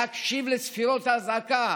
להקשיב לצפירות האזעקה